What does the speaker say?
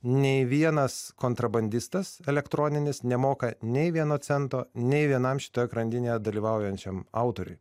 nei vienas kontrabandistas elektroninis nemoka nei vieno cento nei vienam šitoje grandinėje dalyvaujančiam autoriui